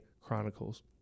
Chronicles